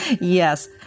yes